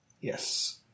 Yes